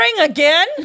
again